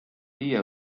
viie